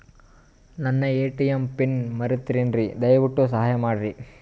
ನನ್ನ ATM pin ಮರೆತೇನ್ರೀ, ದಯವಿಟ್ಟು ಸಹಾಯ ಮಾಡ್ರಿ